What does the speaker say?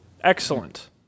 Excellent